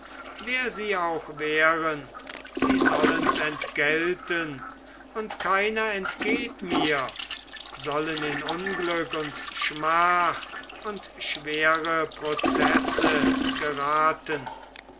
wer sie auch wären sie sollens entgelten und keiner entgeht mir sollen in unglück und schmach und schwere prozesse geraten